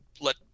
let